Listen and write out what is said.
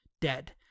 Dead